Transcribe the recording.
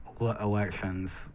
elections